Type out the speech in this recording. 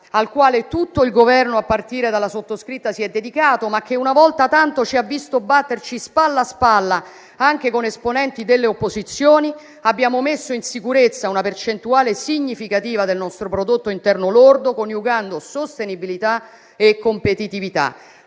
al quale tutto il Governo, a partire dalla sottoscritta, si è dedicato, ma che una volta tanto ci ha visto batterci, spalla a spalla, anche con esponenti delle opposizioni, abbiamo messo in sicurezza una percentuale significativa del nostro prodotto interno lordo, coniugando sostenibilità e competitività.